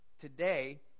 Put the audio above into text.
today